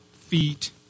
feet